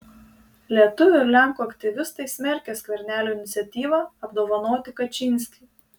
lietuvių ir lenkų aktyvistai smerkia skvernelio iniciatyvą apdovanoti kačynskį